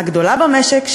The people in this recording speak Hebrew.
הגדולה במשק,